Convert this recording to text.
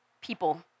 people